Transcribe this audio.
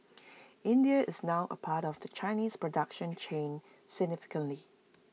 India is now A part of the Chinese production chain significantly